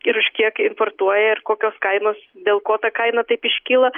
ir už kiek importuoja ir kokios kainos dėl ko ta kaina taip iškyla